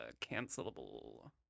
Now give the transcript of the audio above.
cancelable